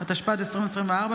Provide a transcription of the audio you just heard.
התשפ"ד 2024,